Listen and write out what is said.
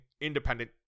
independent